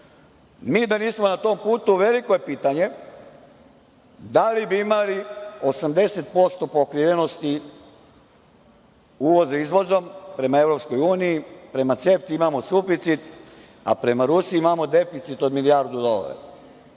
Mi da nismo na tom putu, veliko je pitanje da li bi imali 80% pokrivenosti uvoza izvozom prema EU. Prema CEFTA imamo suficit, a prema Rusiji imamo deficit od milijardu